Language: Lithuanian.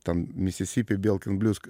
ten misisipi bielkin biuz